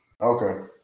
Okay